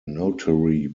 notary